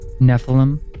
Nephilim